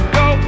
go